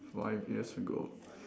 five years ago